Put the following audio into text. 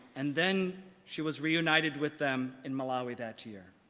and then she was reunited with them in malawi that year.